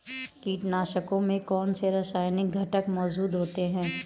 कीटनाशकों में कौनसे रासायनिक घटक मौजूद होते हैं?